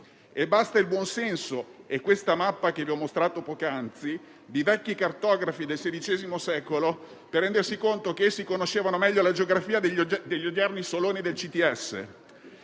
Bastano il buon senso e la mappa che vi ho mostrato poc'anzi, di vecchi cartografi del XVI secolo, per rendersi conto che essi conoscevano meglio la geografia degli odierni soloni del CTS.